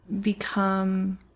become